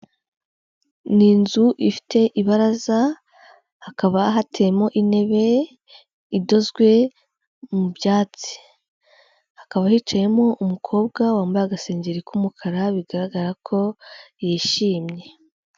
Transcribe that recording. Ni inzu ifite ibaraza, hakaba hateyemo intebe, idozwe mu byatsi. Hakaba hicayemo umukobwa wambaye agasengeri k'umukara, bigaragara ko yishimye.